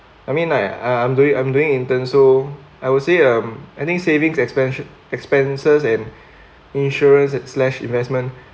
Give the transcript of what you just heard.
I mean like uh I'm doing I'm doing intern so I would say um any savings expenses and insurance slashed investment